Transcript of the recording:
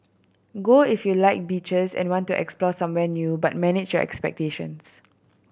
go if you like beaches and want to explore some when new but manage your expectations